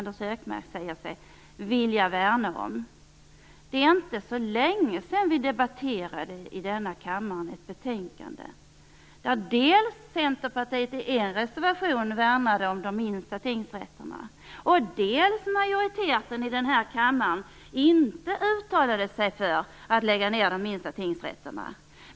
Då vill jag påminna om att det inte är så länge sedan vi här i kammaren debatterade ett betänkande där Centerpartiet i en reservation värnade om de minsta tingsrätterna. Då uttalade sig majoriteten här i kammaren inte för att lägga ned de minsta tingsrätterna.